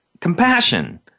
compassion